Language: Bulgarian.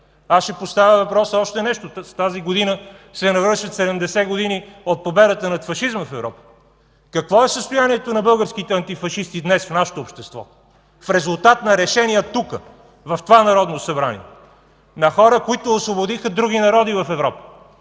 Аз ще поставя още един въпрос – тази година се навършват 70 години от победата над фашизма в Европа – какво е състоянието на българските антифашисти днес в нашето общество в резултат на решение тук, в това Народно събрание? На хора, които освободиха други народи в Европа